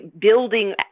building